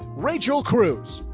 rachel cruze.